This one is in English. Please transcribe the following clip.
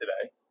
today